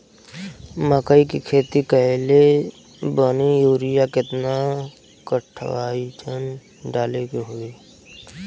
मकई के खेती कैले बनी यूरिया केतना कट्ठावजन डाले के होई?